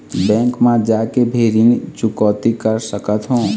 Bank मा जाके भी ऋण चुकौती कर सकथों?